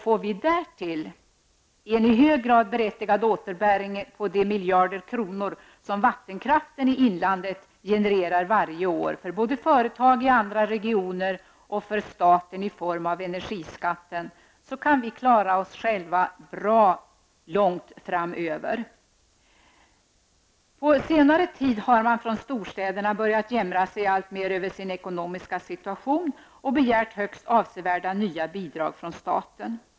Får vi därtill en i hög grad berättigad återbäring på de miljarder kronor som vattenkraften i inlandet genererar varje år både för företag i andra regioner och för staten i form av energiskatten, kan vi klara oss själva bra långt framöver. På senare tid har storstäderna börjat jämra sig alltmer över sin ekonomiska situation och begärt högst avsevärda nya bidrag från staten.